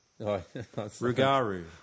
Rugaru